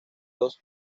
dos